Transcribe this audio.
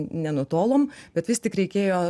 nenutolom bet vis tik reikėjo